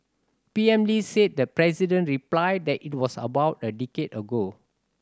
P M Lee said the president replied that it was about a decade ago